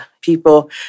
people